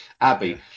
abby